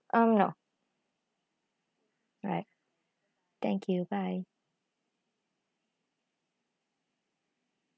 um no alright thank you bye